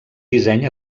disseny